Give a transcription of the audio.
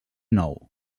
nou